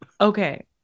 Okay